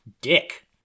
dick